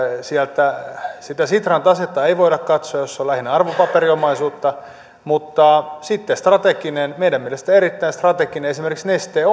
sitä sitran tasetta ei voida katsoa jossa on lähinnä arvopaperiomaisuutta mutta sitten esimerkiksi strategisesta meidän mielestämme erittäin strategisesta neste